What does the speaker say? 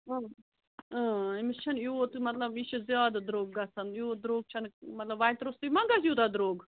اۭں اۭں أمِس چھِنہٕ یوٗت مطلب یہِ چھُ زیادٕ درٛوگ گژھان یوٗت درٛوگ چھَنہٕ مطلب وَتہِ روٚستُے مَہ گژھِ یوٗتاہ درٛوگ